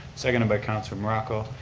seconded by councilor morocco.